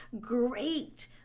great